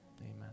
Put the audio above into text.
Amen